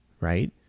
right